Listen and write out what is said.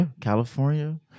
California